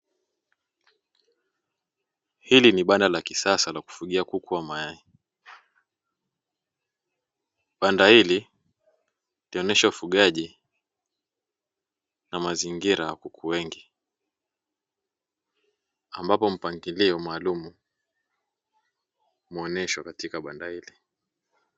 Hili ni banda la kisasa la kufugia kuku wa mayai. Banda hili likionyesha ufugaji na mazingira ya kuku wengi, ambapo mpangilio maalumu umeoneshwa katika banda hili.